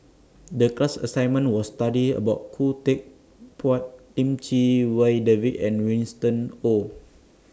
The class assignment was study about Khoo Teck Puat Lim Chee Wai David and Winston Oh